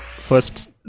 first